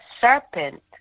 serpent